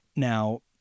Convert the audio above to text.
Now